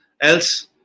else